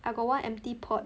I got one empty pot